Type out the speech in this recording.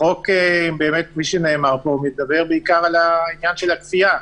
החוק באמת כמו שנאמר פה מדבר בעיקר על העניין של הכפייה.